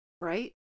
right